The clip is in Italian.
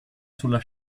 sulla